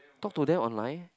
talk to them online